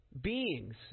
beings